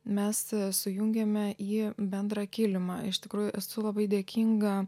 mes sujungėme į bendrą kilimą iš tikrųjų esu labai dėkinga